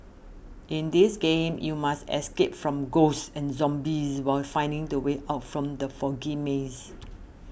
in this game you must escape from ghosts and zombies while finding the way out from the foggy maze